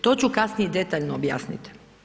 To ću kasnije detaljno objasnit.